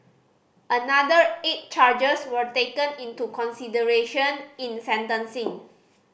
another eight charges were taken into consideration in sentencing